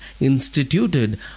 instituted